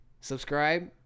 subscribe